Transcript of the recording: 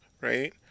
Right